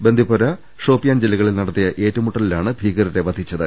ബന്ദിപൊര ഷോപ്പിയാൻ ജില്ലകളിൽ നടത്തിയ ഏറ്റുമുട്ടലിലാണ് ഭീകരരെ വധിച്ചത്